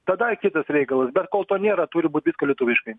tada kitas reikalas bet kol to nėra turi būt lietuviškai